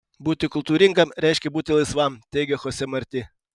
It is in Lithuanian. būti kultūringam reiškia būti laisvam teigia chose marti